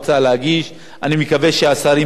אני מקווה שהשרים בוועדת השרים יתמכו